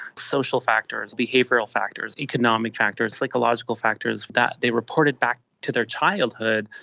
social factors, behavioural factors, economic factors, psychological factors that they reported back to their childhood,